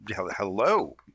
Hello